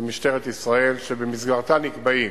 במשטרת ישראל, שבמסגרתה נקבעים: